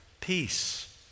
peace